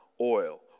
oil